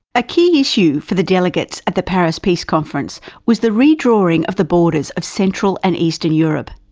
a key issue for the delegates at the paris peace conference was the re-drawing of the borders of central and eastern europe.